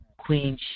Queen